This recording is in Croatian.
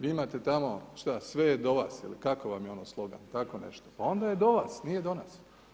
Vi imate tamo, šta, sve je do vas, ili kako vam je ono slogan, tako nešto, pa onda je do vas, nije do nas.